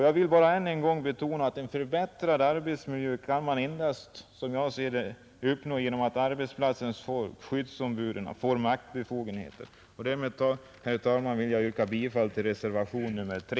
Jag vill bara än en gång betona att en förbättrad arbetsmiljö endast kan, såsom jag ser det, uppnås genom att arbetsplatsens folk och skyddsombuden får maktbefogenheter. Därmed, herr talman, vill jag yrka bifall till reservationen 3.